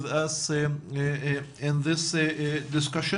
בישיבה זו.